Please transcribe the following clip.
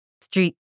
street